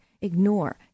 ignore